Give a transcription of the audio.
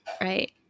right